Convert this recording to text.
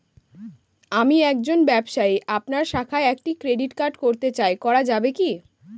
আমি একজন ব্যবসায়ী আপনার শাখায় একটি ক্রেডিট কার্ড করতে চাই করা যাবে কি?